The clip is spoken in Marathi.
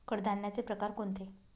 कडधान्याचे प्रकार कोणते?